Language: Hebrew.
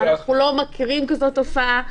אנחנו לא מכירים כזאת תופעה.